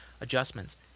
adjustments